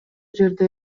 жерде